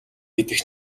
гэдэг